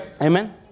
Amen